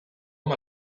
amb